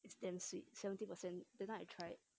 it's damn sweet seventy percent that's time I tried